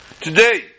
Today